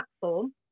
platform